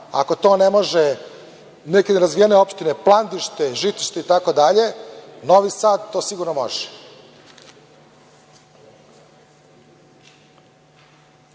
ako to ne mogu neke nerazvijene opštine Plandište, Žitište itd. Novi Sad to sigurno